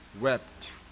wept